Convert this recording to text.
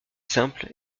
simple